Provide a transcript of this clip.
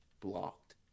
blocked